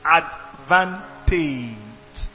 advantage